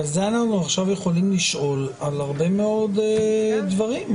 עכשיו יכולים לשאול על הרבה מאוד דברים.